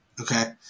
okay